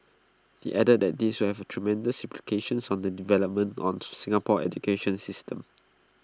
he added that this will have tremendous implications on the development of Singapore's educational system